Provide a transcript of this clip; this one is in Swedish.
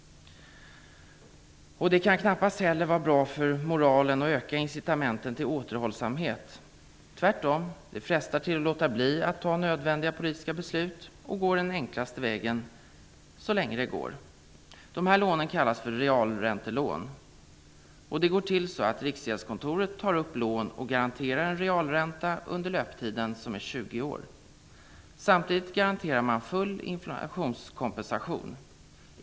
Det kan knappast heller vara bra för moralen och öka incitamenten till återhållsamhet. Tvärtom, det frestar till att låta bli att fatta nödvändiga politiska beslut och gå den enklaste vägen så länge det går. De här lånen kallas för realräntelån. Riksgäldskontoret tar upp lån och garanterar en realränta under löptiden, som är 20 år. Samtidigt garanterar man full inflationskompensation.